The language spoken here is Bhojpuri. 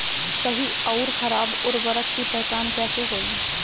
सही अउर खराब उर्बरक के पहचान कैसे होई?